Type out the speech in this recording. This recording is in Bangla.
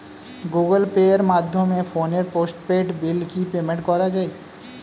গুগোল পের মাধ্যমে ফোনের পোষ্টপেইড বিল কি পেমেন্ট করা যায়?